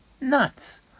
nuts